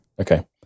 Okay